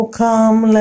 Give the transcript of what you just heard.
come